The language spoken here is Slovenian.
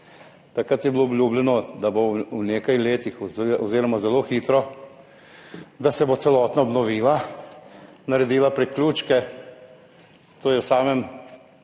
Takrat je bilo obljubljeno, da se bo v nekaj letih oziroma zelo hitro celotna obnovila, naredilo priključke. To je v samem